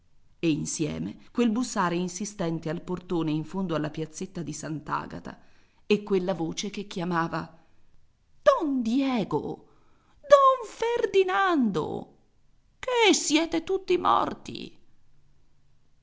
e insieme quel bussare insistente al portone in fondo alla piazzetta di sant'agata e quella voce che chiamava don diego don ferdinando che siete tutti morti